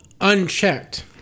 unchecked